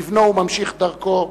לבנו וממשיך דרכו,